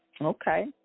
Okay